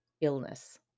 illness